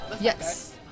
Yes